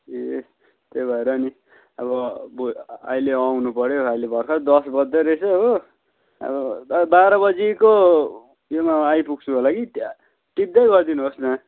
ए त्यही भएर नि अब बो अहिले आउनुपऱ्यो अहिले भर्खरै दस बज्दै रहेछ हो अब बा बाह्र बजीको योमा आइपुग्छु होला कि त्यहाँ टिप्दै गरिदिनुहोस् न